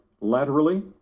laterally